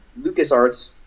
LucasArts